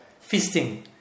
feasting